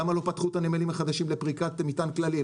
למה לא פתחו את הנמלים החדשים לפריקת מטען כללי?